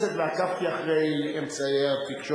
חבר הכנסת כבל, חברי כנסת אחרים, בבקשה.